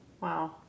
Wow